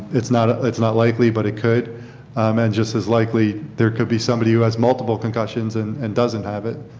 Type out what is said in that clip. not ah not likely but it could. um and just as likely there could be somebody who has multiple concussions and and doesn't have it.